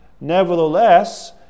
Nevertheless